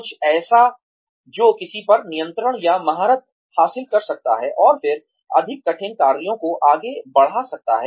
कुछ ऐसा जो किसी पर नियंत्रण या महारत हासिल कर सकता है और फिर अधिक कठिन कार्यों को आगे बढ़ा सकता है